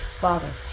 Father